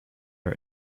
are